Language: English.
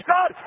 God